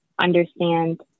understand